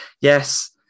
Yes